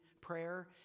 prayer